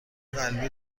قلبی